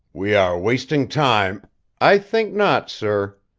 we are wasting time i think not, sir!